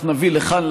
אנחנו נביא לכאן,